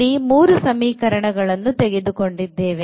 ಇಲ್ಲಿ ಮೂರು ಸಮೀಕರಣಗಳನ್ನು ತೆಗೆದುಕೊಂಡಿದ್ದೇನೆ